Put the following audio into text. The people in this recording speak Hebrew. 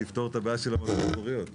תפתור את הבעיה של המועצות אזוריות,